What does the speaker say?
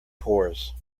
pours